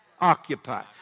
Occupy